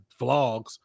vlogs